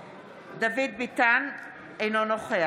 (קוראת בשמות חברי הכנסת) דוד ביטן, אינו נוכח